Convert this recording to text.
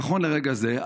נכון לרגע זה,